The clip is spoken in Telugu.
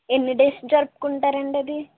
ఎన్ని డేస్ జరుపుకుంటారండి అది